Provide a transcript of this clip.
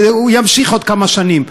והוא יימשך עוד כמה שנים,